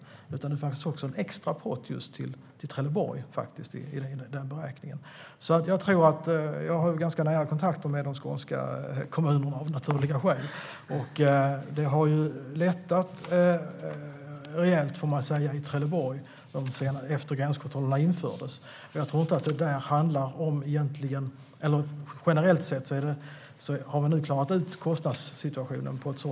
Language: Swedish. I beräkningen fanns faktiskt också en extra pott till just Trelleborg. Jag har ganska nära kontakter med de skånska kommunerna, av naturliga skäl. Och det har lättat rejält i Trelleborg efter att gränskontrollerna infördes. Generellt sett har vi klarat ut kostnadssituationen.